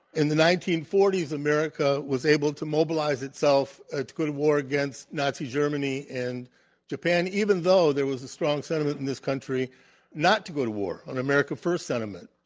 in the nineteen forty s, america was able to mobilize itself ah to go to war against nazi germany and japan even though there was a strong sentiment in this country not to go to war, an america first sentiment,